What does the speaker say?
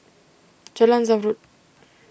Jalan Zamrud